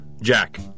Jack